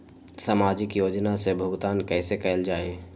सामाजिक योजना से भुगतान कैसे कयल जाई?